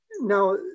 Now